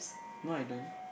no I don't